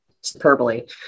superbly